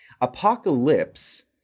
Apocalypse